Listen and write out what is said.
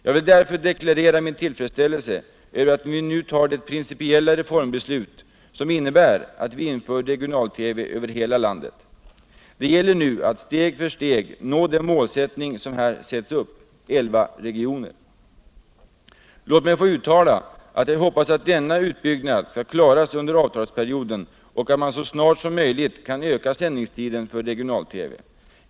Jag vill därför uttala min tillfredsställelse över att vi nu tar det principiella reformbeslut som innebär att vi inför regional TV över hela landet. Det gäller nu att steg för steg nå det mål som här sätts upp — elva regioner. Låt mig få uttala att jag hoppas att denna utbyggnad skall klaras under avtalsperioden och att man så snart som möjligt kan öka sändningstiden för regional TV.